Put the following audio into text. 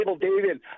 David